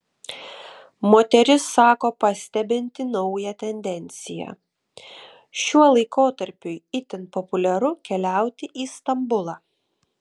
moteris sako pastebinti naują tendenciją šiuo laikotarpiui itin populiaru keliauti į stambulą